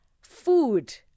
Food